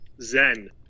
Zen